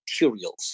materials